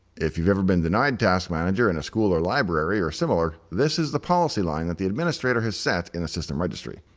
if you've ever been denied task manager in a school or library or similar, this is the policy line that the administrator has set in the system registry.